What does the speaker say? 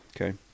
Okay